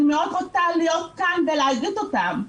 אני רוצה מאוד להיות כאן ולהגיד אותם.